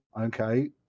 okay